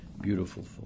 beautiful